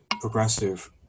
progressive